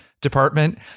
department